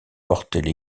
portaient